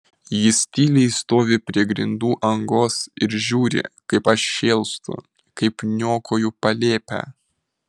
jis tyliai stovi prie grindų angos ir žiūri kaip aš šėlstu kaip niokoju palėpę